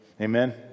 Amen